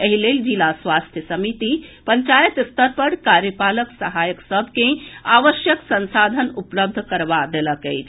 एहि लेल जिला स्वास्थ्य समिति पंचायत स्तर पर कार्यपालक सहायक सभ के आवश्यक संसाधन उपलब्ध करबा देलक अछि